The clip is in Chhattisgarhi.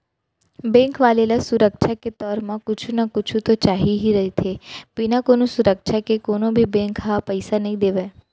बेंक वाले ल सुरक्छा के तौर म कुछु न कुछु तो चाही ही रहिथे, बिना कोनो सुरक्छा के कोनो भी बेंक ह पइसा नइ देवय